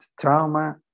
trauma